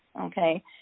okay